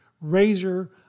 razor